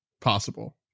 possible